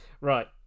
right